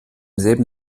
selben